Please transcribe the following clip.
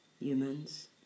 humans